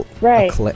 Right